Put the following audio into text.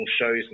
shows